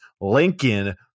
Lincoln